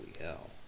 hell